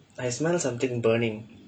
I smell something burning